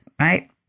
right